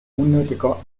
unnötiger